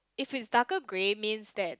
if it's darker grey means that